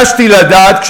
ביקשתי לדעת,